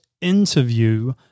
interview